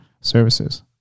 services